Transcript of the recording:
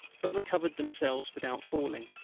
but recovered themselves without falling.